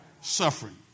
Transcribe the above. suffering